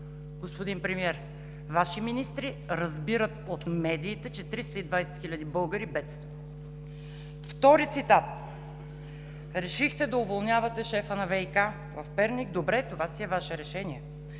Господин Премиер, Ваши министри разбират от медиите, че 320 хиляди българи бедстват! Втори цитат. Решихте да уволнявате шефа на ВиК – Перник. Добре, това си е Ваше решение.